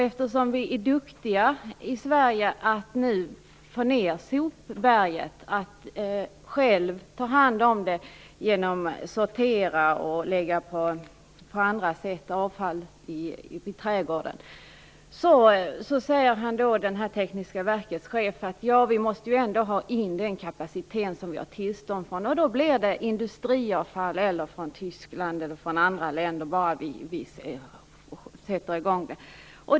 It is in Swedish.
Eftersom vi i Sverige är duktiga på att få ner sopberget och själv ta hand om det genom sortering och på andra sätt, t.ex. lägga avfall i trädgården, säger Tekniska Verkens chef att man ändå måste ha in den kapacitet som man har tillstånd för, och då blir det industriavfall eller avfall från Tyskland eller från andra länder, bara det kommer.